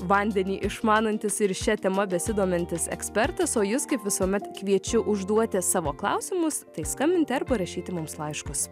vandenį išmanantis ir šia tema besidomintis ekspertas o jus kaip visuomet kviečiu užduoti savo klausimus tai skambinti arba rašyti mums laiškus